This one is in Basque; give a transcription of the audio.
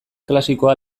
klasikoa